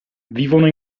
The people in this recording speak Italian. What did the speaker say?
vivono